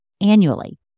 annually